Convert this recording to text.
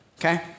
Okay